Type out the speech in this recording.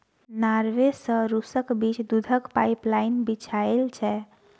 Norway सँ रुसक बीच दुधक पाइपलाइन बिछाएल छै